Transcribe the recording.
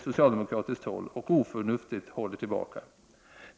socialdemokratiskt håll — och oförnuftigt håller tillbaka.